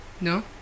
No